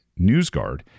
NewsGuard